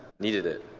needed it